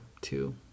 two